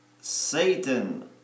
satan